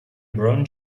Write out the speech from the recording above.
brown